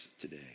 today